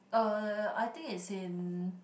uh I think is in